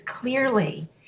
clearly